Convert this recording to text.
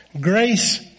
Grace